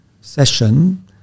session